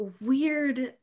weird